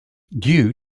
due